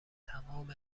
تمامی